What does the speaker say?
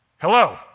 Hello